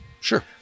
sure